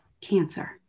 cancer